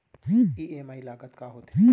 EMI लागत का होथे?